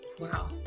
Wow